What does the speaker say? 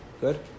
Good